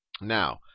Now